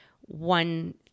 one